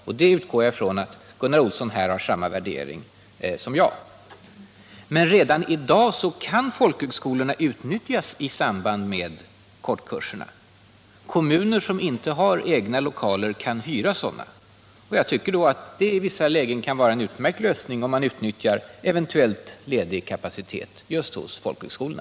Jag utgår ifrån att Gunnar Olsson här gör samma värdering som jag. Men redan i dag kan folkhögskolorna utnyttjas i samband med kortkurserna. Kommuner som inte har egna lokaler kan hyra sådana, och att då utnyttja eventuellt ledig kapacitet just hos folkhögskolorna tycker jag i vissa lägen kan vara en utmärkt lösning.